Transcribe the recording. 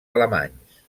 alemanys